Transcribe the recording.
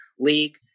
league